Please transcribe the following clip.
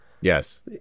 Yes